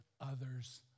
others